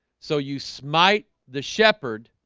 so you smite the shepherd